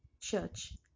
Church